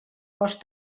cos